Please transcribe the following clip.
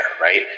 right